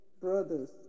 brothers